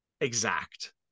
exact